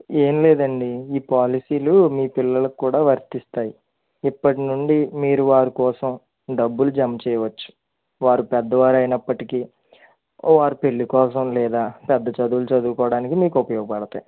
ఏంలేదండి ఈ పోలసీలు మీ పిల్లలక్కూడా వర్తిస్తాయి ఇప్పటి నుండి మీరు వారి కోసం డబ్బులు జమ చేయవచ్చు వారు పెద్దవారైనప్పటికీ వారి పెళ్లికోసం లేదా పెద్ద చదువులు చదువుకోవడానికి మీకు ఉపయోగపడతాయి